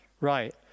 Right